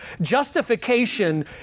Justification